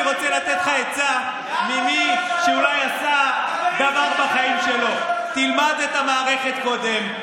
אני רוצה לתת לך עצה ממי שאולי עשה דבר בחיים שלו: תלמד את המערכת קודם,